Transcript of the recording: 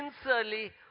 sincerely